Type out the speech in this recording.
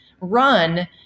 run